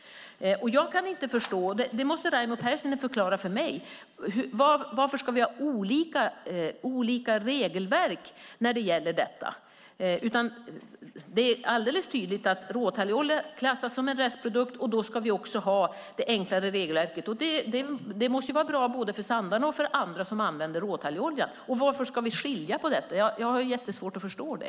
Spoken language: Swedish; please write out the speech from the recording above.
Jag kan inte förstå - så det måste Raimo Pärssinen förklara för mig - varför vi ska ha olika regelverk när det gäller detta. Det är tydligt att råtalloljan klassas som en restprodukt, och då ska vi också ha det enklare regelverket. Det måste vara bra både för Sandarne och för andra som använder råtalloljan. Varför ska vi skilja på detta? Jag har väldigt svårt att förstå det.